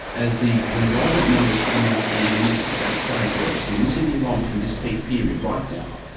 as the enrolment numbers come out in the next six to eight weeks, when we see the enrolments from this peak period right now,